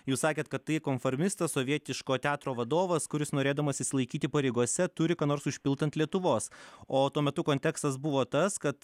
jūs sakėt kad tai konformistas sovietiško teatro vadovas kuris norėdamas išsilaikyti pareigose turi ką nors užpilt ant lietuvos o tuo metu kontekstas buvo tas kad